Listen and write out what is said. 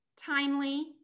timely